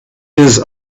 his